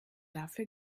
dafür